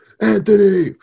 Anthony